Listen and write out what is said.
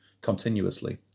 continuously